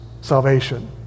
salvation